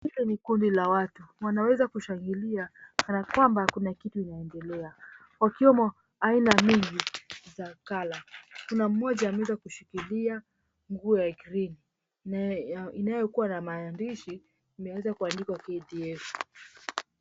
Hili ni kundi la watu. Wanaweza kushangilia kana kwamba kuna kitu inaendelea. Wak𝑖wemo aina nyingi za kala. Kuna mmoja ameweza kushikilia nguo ya green inayokuwa na maandishi yameweza kuandikwa KDF.